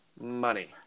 money